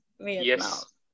Yes